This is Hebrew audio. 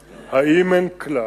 2010):